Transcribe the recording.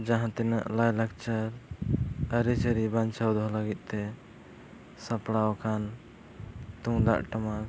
ᱡᱟᱦᱟᱸ ᱛᱤᱱᱟᱹᱜ ᱞᱟᱭᱼᱞᱟᱠᱪᱟᱨ ᱟᱹᱨᱤᱪᱟᱹᱞᱤ ᱵᱟᱧᱪᱟᱣ ᱫᱚᱦᱚᱭ ᱞᱟᱹᱜᱤᱫᱛᱮ ᱥᱟᱯᱲᱟᱣ ᱟᱠᱟᱱ ᱛᱩᱢᱫᱟᱜ ᱴᱟᱢᱟᱠ